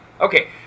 Okay